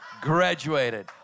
graduated